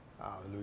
Hallelujah